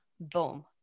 boom